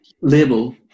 label